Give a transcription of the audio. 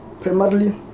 primarily